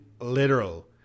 literal